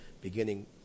beginning